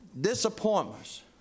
disappointments